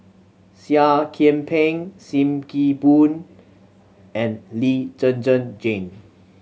Seah Kian Peng Sim Kee Boon and Lee Zhen Zhen Jane